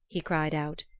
he cried out,